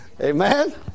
Amen